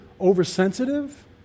oversensitive